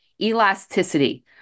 elasticity